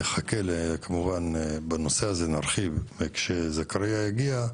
בנושא הזה כמובן נרחיב כאשר זכריא יגיע,